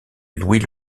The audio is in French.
louis